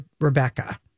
Rebecca